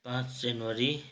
पाँच जनवरी